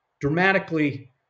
dramatically